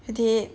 dee~